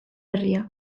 herria